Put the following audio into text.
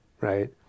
right